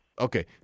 Okay